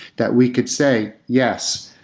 that we could say, yes,